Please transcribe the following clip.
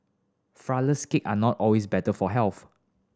flourless cake are not always better for health